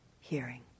hearing